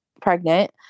pregnant